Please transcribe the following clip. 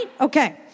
Okay